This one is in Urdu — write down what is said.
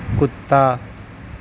کتا